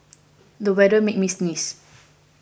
the weather made me sneeze